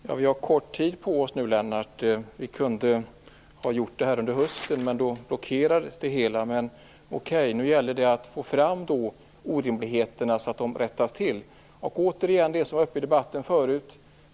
Fru talman! Vi har kort tid på oss nu, Lennart Nilsson. Vi kunde ha gjort det här under hösten, men då blockerades det. Nu gäller det att ta fram orimligheterna så att de kan rättas till. Jag vill återigen poängtera det som var uppe i debatten förut.